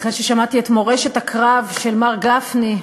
אחרי ששמעתי את מורשת הקרב של מר גפני,